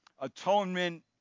atonement